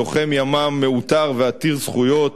לוחם ימ"מ מעוטר ועתיר זכויות